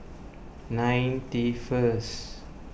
ninety first